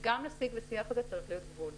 גם לשיג ושיח הזה צריך להיות גבול.